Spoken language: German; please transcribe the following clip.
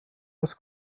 aus